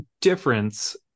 difference